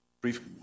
brief